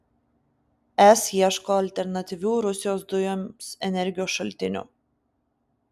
es ieško alternatyvių rusijos dujoms energijos šaltinių